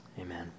Amen